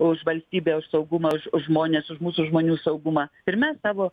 už valstybę už saugumą už už žmones už mūsų žmonių saugumą ir mes savo